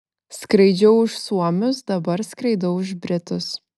skraidžiau už suomius dabar skraidau už britus